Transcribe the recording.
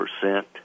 percent